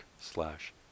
slash